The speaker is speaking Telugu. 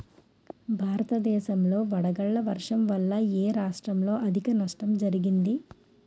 భారతదేశం లో వడగళ్ల వర్షం వల్ల ఎ రాష్ట్రంలో అధిక నష్టం జరిగింది?